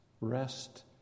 rest